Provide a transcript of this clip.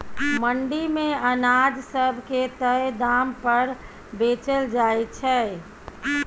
मंडी मे अनाज सब के तय दाम पर बेचल जाइ छै